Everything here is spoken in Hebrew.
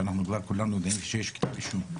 שאנחנו כבר כולם יודעים שיש כתב אישום,